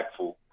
impactful—